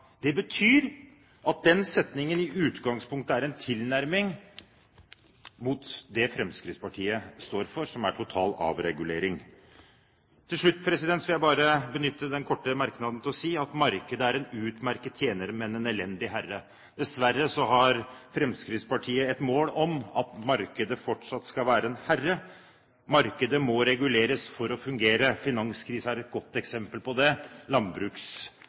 Det betyr at den setningen i utgangspunktet er en tilnærming til det Fremskrittspartiet står for, som er total avregulering. Til slutt vil jeg bare benytte den korte merknaden til å si at markedet er en utmerket tjener, men en elendig herre. Dessverre har Fremskrittspartiet et mål om at markedet fortsatt skal være en herre. Markedet må reguleres for å fungere. Finanskrisen er et godt eksempel på det